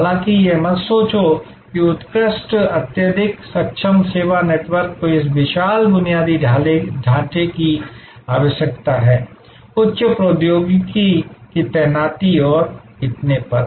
हालांकि यह मत सोचो कि उत्कृष्ट अत्यधिक सक्षम सेवा नेटवर्क को इस विशाल बुनियादी ढांचे की आवश्यकता है उच्च प्रौद्योगिकी की तैनाती और इतने पर